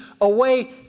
away